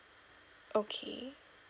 okay